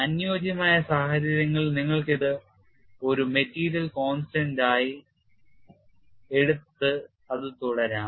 അനുയോജ്യമായ സാഹചര്യങ്ങളിൽ നിങ്ങൾക്ക് ഇത് ഒരു മെറ്റീരിയൽ constant ആയി എടുത്ത് അത് തുടരാം